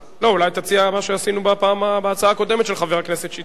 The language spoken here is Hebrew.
אולי תציע מה שעשינו בהצעה הקודמת של חבר הכנסת שטרית.